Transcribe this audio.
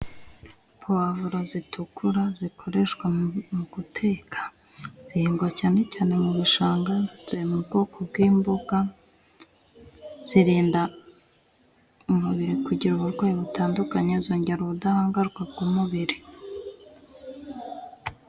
Puwavuro zitukura zikoreshwa mu mu guteka, zihingwa cyane cyane mu bishanga ziri mu bwoko bw'imboga, zirinda umubiri kugira uburwayi butandukanye, zongera ubudahangarwa bw'umubiri.